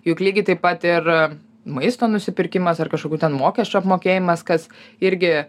juk lygiai taip pat ir maisto nusipirkimas ar kažkokių ten mokesčių apmokėjimas kas irgi